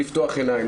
ולפתוח עיניים?